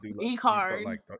e-cards